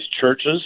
churches